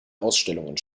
ausstellungen